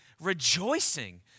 rejoicing